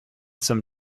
some